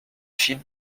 film